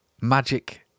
magic